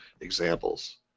examples